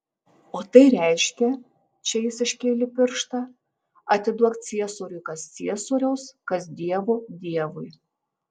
o tai reiškia čia jis iškėlė pirštą atiduok ciesoriui kas ciesoriaus kas dievo dievui